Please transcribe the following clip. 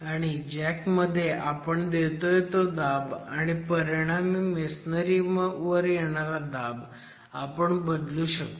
आणि जॅक मध्ये आपण देतोय तो दाब आणि परिणामी मेसनरी वर येणारा दाब आपण बदलू शकतो